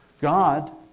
God